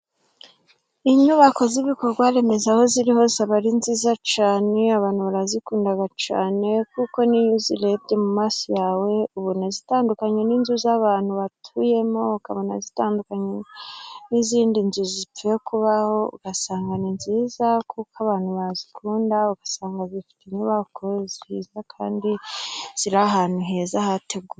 Inyubako z'ibikorwa remezo, aho ziriho zaba ari nziza cyane abantu barazikunda cyane kuko n'iyo uzirebye mu maso yawe, ubona zitandukanye n'inzu z'abantu batuyemo ukabona zitandukanye n'izindi nzu zipfuye kubaho. Ugasanga ni nziza kuko abantu bazikunda ugasanga afite inyubako nziza kandi ziri ahantu heza hateguwe.